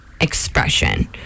expression